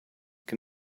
can